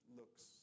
looks